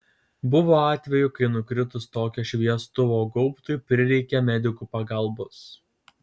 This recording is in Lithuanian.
buvo atvejų kai nukritus tokio šviestuvo gaubtui prireikė medikų pagalbos